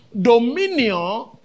Dominion